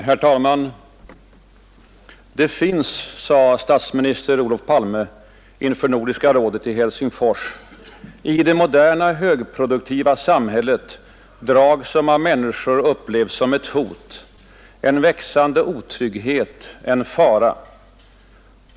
Herr talman! Det finns — framhöll statsminister Olof Palme inför Nordiska rådet i Helsingfors — ”i det moderna högproduktiva samhället drag som av människor upplevs som ett hot, en växande otrygghet, en fara”.